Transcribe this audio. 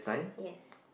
yes